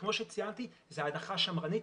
כמו שציינתי, זאת הנחה שמרנית.